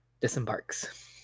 disembarks